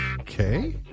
Okay